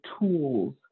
tools